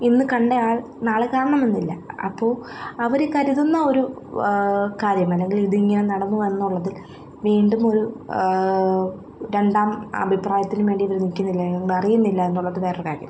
ഇന്ന് കണ്ടയാൾ നാളെ കാണണം എന്നില്ല അപ്പോൾ അവർ കരുതുന്ന ഒരു കാര്യമല്ല അല്ലെങ്കിൽ ഇതിങ്ങനെ നടന്നു എന്നുള്ളതിൽ വീണ്ടുമൊരു രണ്ടാം അഭിപ്രായത്തിന് വേണ്ടി നിൽക്കുന്നില്ല അറിയുന്നില്ല എന്നുള്ളത് വേറൊരു കാര്യം